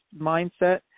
mindset